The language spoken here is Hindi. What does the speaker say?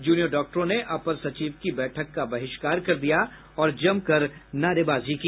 जूनियर डॉक्टरों ने अपर सचिव की बैठक का बहिष्कार कर दिया और जमकर नारेबाजी की